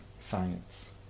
Science